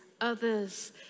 others